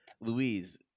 Louise